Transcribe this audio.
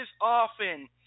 often